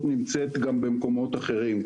נמצאת גם במקומות אחרים,